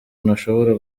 nashobora